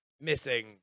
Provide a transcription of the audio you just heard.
missing